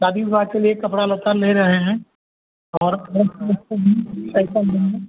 शादी ब्याह के लिए कपड़ा लत्ता ले रहे हैं और भी लेंगे